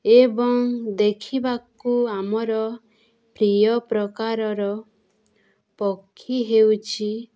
ଏବଂ ଦେଖିବାକୁ ଆମର ପ୍ରିୟ ପ୍ରକାରର ପକ୍ଷୀ ହେଉଛି